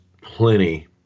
plenty